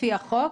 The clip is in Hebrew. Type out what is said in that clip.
לפי החוק,